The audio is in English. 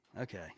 Okay